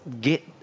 get